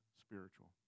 spiritual